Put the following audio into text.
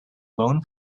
lone